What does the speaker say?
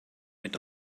mit